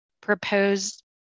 proposed